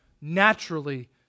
naturally